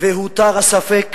והותר הספק